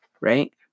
right